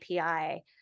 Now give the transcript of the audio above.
API